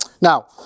Now